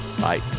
bye